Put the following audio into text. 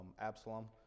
Absalom